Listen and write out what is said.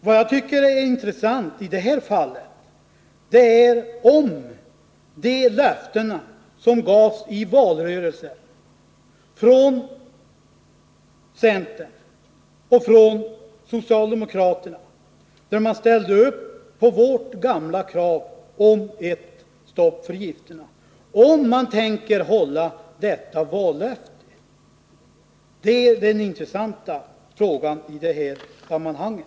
Vad jag tycker är intressant i detta fall är om man tänker hålla de löften som i valrörelsen gavs från centern och från socialdemokraterna, där man ställde upp på vårt gamla krav på ett stopp för gifter. Det är den intressanta frågan i det här sammanhanget.